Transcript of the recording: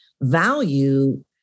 value